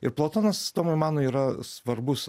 ir platonas tomui manui yra svarbus